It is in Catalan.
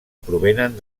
provenen